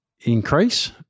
increase